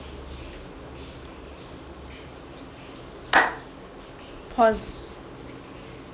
pos~